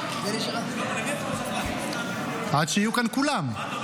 למי אתה --- עד שיהיו כאן כולם,